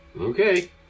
Okay